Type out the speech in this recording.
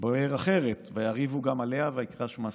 באר אחרת ויריבו גם עליה ויקרא שמה שטנה",